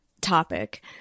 topic